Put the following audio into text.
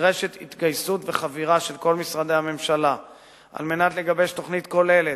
נדרשת התגייסות וחבירה של כל משרדי הממשלה על מנת לגבש תוכנית כוללת.